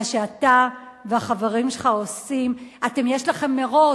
מה שאתה והחברים שלך עושים, יש לכם מירוץ,